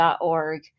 org